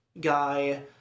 guy